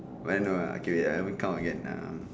but then no ah okay I haven't count again lah